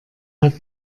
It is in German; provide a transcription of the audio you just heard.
hat